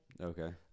Okay